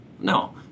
No